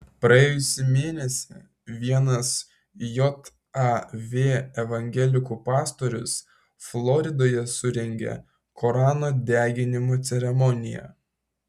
praėjusį mėnesį vienas jav evangelikų pastorius floridoje surengė korano deginimo ceremoniją